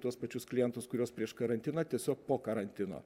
tuos pačius klientus kuriuos prieš karantiną tiesiog po karantino